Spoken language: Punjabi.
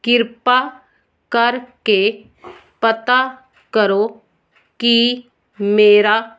ਕਿਰਪਾ ਕਰਕੇ ਪਤਾ ਕਰੋ ਕਿ ਮੇਰਾ